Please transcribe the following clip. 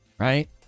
right